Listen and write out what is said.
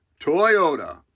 Toyota